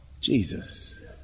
Jesus